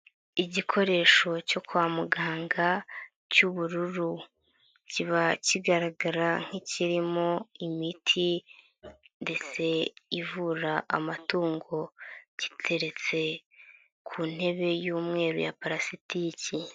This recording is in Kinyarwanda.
Iigikoresho cyo kwa muganga cy'ubururu. Kiba kigaragara nk'ikirimo imiti ndetse ivura amatungo, giteretse ku ntebe y'umweru ya parasitiki.